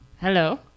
hello